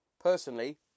Personally